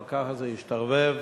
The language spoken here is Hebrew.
אבל ככה זה השתרבב.